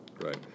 Right